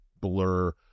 blur